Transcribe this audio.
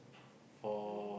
for